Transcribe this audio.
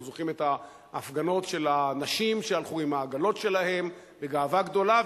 אנחנו זוכרים את ההפגנות של הנשים שהלכו עם העגלות שלהן בגאווה גדולה,